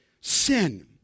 Sin